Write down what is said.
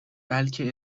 بلکه